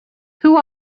who